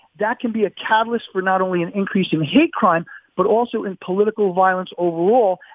that can be a catalyst for not only an increase in hate crime but also in political violence overall,